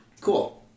Cool